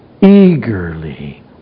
eagerly